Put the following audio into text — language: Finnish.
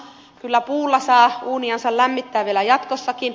kyllä puulla saa uuniansa lämmittää vielä jatkossakin